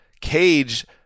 Cage